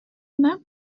yna